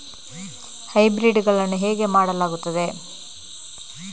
Hybrid ಗಳನ್ನು ಹೇಗೆ ಮಾಡಲಾಗುತ್ತದೆ?